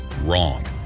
wrong